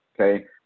okay